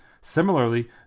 Similarly